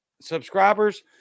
subscribers